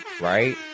right